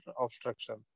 obstruction